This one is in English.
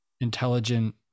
intelligent